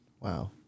Wow